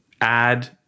add